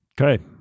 Okay